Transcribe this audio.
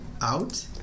out